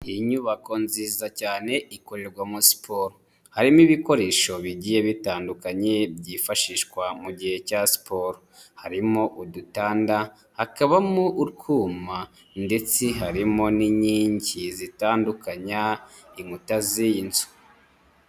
Iyi nyubako nziza cyane ikorerwamo siporo, harimo ibikoresho bigiye bitandukanye byifashishwa mu gihe cya siporo, harimo udutanda, hakabamo urwuma ndetse harimo n'inkingi zitandukanya inkuta z'iyi nzu.